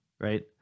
right